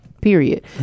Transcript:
period